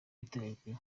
iteganyijwe